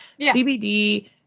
CBD